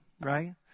right